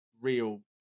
real